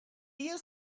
you